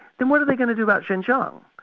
then what are they going to do about xinjiang,